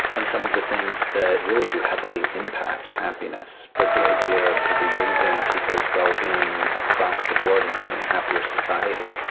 and some of the things that really do heavily impact happiness with the idea of raising people's well-being across the board and having a happier society.